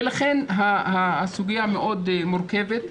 לכן הסוגיה מאוד מורכבת,